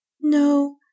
No